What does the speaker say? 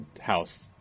House